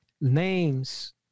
names